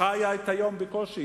חיה את היום בקושי.